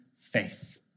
faith